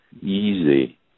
easy